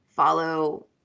Follow